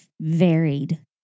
varied